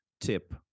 tip